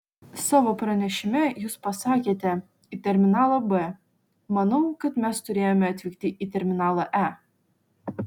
savo pranešime jūs pasakėte į terminalą b manau kad mes turėjome atvykti į terminalą e